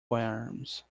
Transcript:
farms